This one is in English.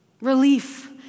Relief